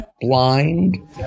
blind